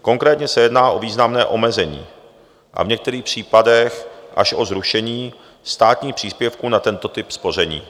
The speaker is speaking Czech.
Konkrétně se jedná o významné omezení a v některých případech až o zrušení státních příspěvků na tento typ spoření.